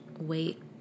wait